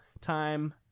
time